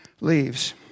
leaves